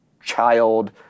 child